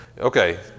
Okay